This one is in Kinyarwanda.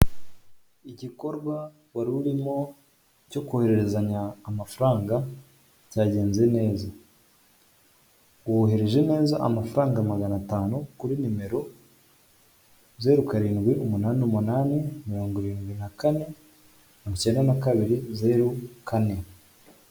Igikorwa wari urimo cyo kohererezanya amafaranga cyagenze neza. Wohereje neza amafaranga magana atanu kuri nimero zeru karindwi umunani umunani mirongo irindwi na kane mirongo icyenda na kabiri zeru kane.